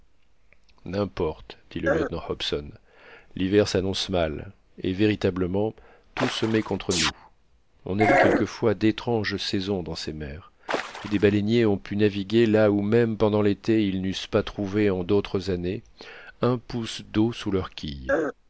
n'importe dit le lieutenant hobson l'hiver s'annonce mal et véritablement tout se met contre nous on a vu quelquefois d'étranges saisons dans ces mers et des baleiniers ont pu naviguer là où même pendant l'été ils n'eussent pas trouvé en d'autres années un pouce d'eau sous leur quille